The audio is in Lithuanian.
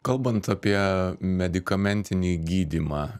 kalbant apie medikamentinį gydymą